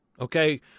okay